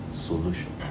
solution